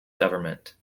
government